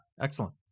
excellent